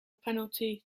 penalty